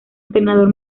entrenador